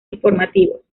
informativos